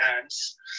hands